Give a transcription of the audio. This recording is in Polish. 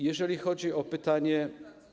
Jeżeli chodzi o pytanie.